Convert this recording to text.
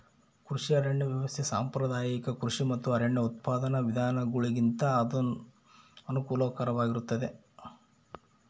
ಕೃಷಿ ಅರಣ್ಯ ವ್ಯವಸ್ಥೆ ಸಾಂಪ್ರದಾಯಿಕ ಕೃಷಿ ಮತ್ತು ಅರಣ್ಯ ಉತ್ಪಾದನಾ ವಿಧಾನಗುಳಿಗಿಂತ ಅನುಕೂಲಕರವಾಗಿರುತ್ತದ